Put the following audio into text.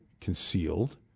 concealed